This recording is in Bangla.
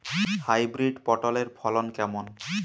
হাইব্রিড পটলের ফলন কেমন?